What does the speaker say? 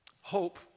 Hope